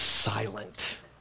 Silent